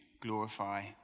glorify